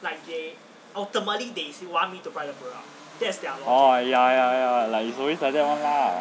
oh ya ya ya it's always like that [one] lah